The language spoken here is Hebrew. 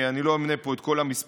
אני לא אמנה פה את כל המספרים,